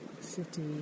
city